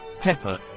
pepper